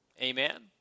Amen